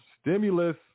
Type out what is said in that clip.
Stimulus